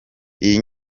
iyi